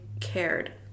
cared